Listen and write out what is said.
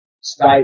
state